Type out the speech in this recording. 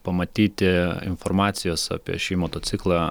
pamatyti informacijos apie šį motociklą